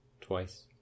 twice